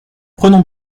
prenons